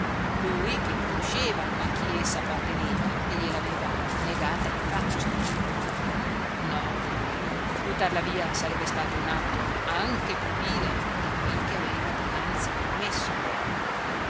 lui che conosceva a chi essa apparteneva e gliel'aveva negata in faccia no no buttarla via sarebbe stato un atto anche più vile di quel che aveva dianzi commesso